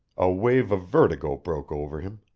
a wave of vertigo broke over him.